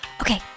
Okay